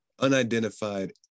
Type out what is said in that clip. unidentified